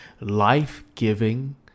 life-giving